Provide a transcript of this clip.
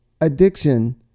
addiction